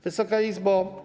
Wysoka Izbo!